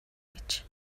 гэж